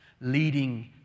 leading